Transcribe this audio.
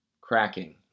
cracking